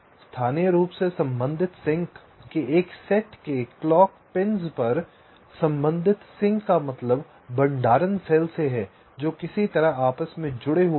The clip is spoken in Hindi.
स्थानीय रूप से संबंधित सिंक के एक सेट के क्लॉक पिंस पर संबंधित सिंक का मतलब भंडारण सेल से है जो किसी तरह आपस में जुड़े हुए हैं